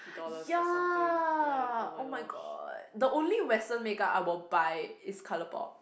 ya oh-my-god the only Western makeup I will buy is ColourPop